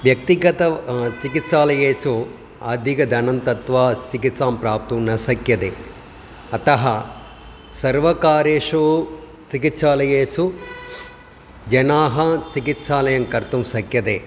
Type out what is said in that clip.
व्यक्तिगतः चिकित्सालयेषु अधिकधनं दत्वा चिकित्सां प्राप्तुं न शक्यते अतः सर्वकारेषु चिकित्सालयेषु जनाः चिकित्सालयं कर्तुं शक्यते